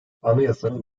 anayasanın